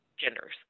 genders